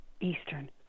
Eastern